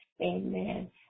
Amen